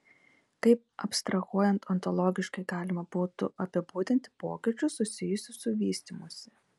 kaip abstrahuojant ontologiškai galima būtų apibūdinti pokyčius susijusius su vystymusi